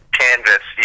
canvas